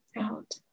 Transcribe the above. out